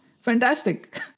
Fantastic